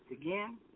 again